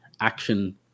action